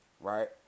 right